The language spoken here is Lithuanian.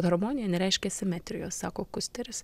harmonija nereiškia simetrijos sako kusteris